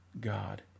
God